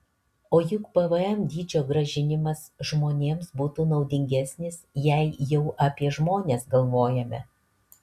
o juk pvm dydžio grąžinimas žmonėms būtų naudingesnis jei jau apie žmones galvojame